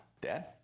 Dad